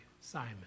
Simon